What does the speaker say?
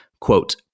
Quote